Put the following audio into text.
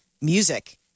music